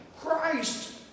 Christ